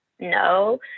no